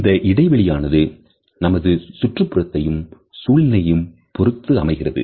இந்த இடைவெளியானது நமது சுற்றுப்புறத்தையும் சூழ்நிலையும் பொருத்து அமைகிறது